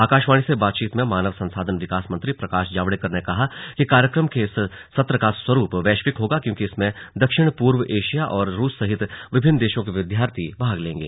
आकाशवाणी से बातचीत में मानव संसाधन विकास मंत्री प्रकाश जावड़ेकर ने कहा कि कार्यक्रम के इस सत्र का स्वरूप वैश्विक होगा क्योंकि इसमें दक्षिण पूर्व एशिया और रूस सहित विभिन्न देशों के विद्यार्थी भाग लेंगे